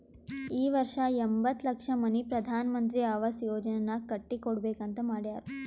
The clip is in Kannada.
ಈ ವರ್ಷ ಎಂಬತ್ತ್ ಲಕ್ಷ ಮನಿ ಪ್ರಧಾನ್ ಮಂತ್ರಿ ಅವಾಸ್ ಯೋಜನಾನಾಗ್ ಕಟ್ಟಿ ಕೊಡ್ಬೇಕ ಅಂತ್ ಮಾಡ್ಯಾರ್